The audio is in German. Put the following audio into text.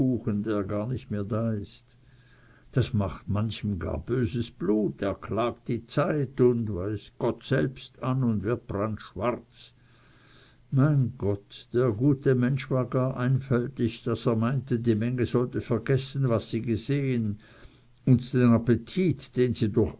gar nicht mehr da ist das macht nun manchem gar böses blut er klagt die zeit und weiß gott gott selbst an und wird brandschwarz mein gott der gute mensch war gar einfältig daß er meinte die menge sollte vergessen was sie gesehen und den appetit den sie durch